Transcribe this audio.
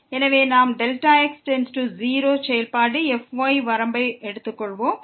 எனவே நாம் வரம்பு Δx→0 செயல்பாடு fyஐ எடுத்துக்கொள்வோம்